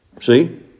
See